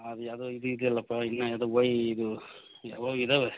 ಅದು ಯಾವ್ದೊ ಇದು ಇದೆಯಲಪ್ಪ ಇನ್ನು ಯಾವುದೊ ವೈ ಇದು ಯಾವೋ ಇದ್ದಾವೆ